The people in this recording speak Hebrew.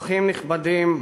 אורחים נכבדים,